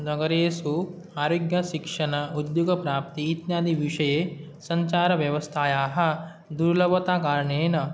नगरेषु आरोग्यशिक्षण उद्योगप्राप्ति इत्यादिविषये सञ्चारव्यवस्थायाः दुर्लभता कारणेन